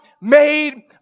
made